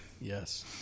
yes